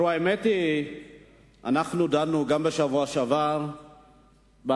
האמת היא שאנחנו דנו גם בשבוע שעבר בהרבה